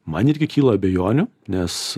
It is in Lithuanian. man irgi kyla abejonių nes